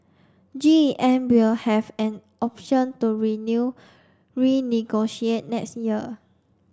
G E M will have an option to renew renegotiate next year